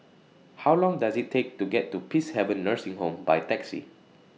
How Long Does IT Take to get to Peacehaven Nursing Home By Taxi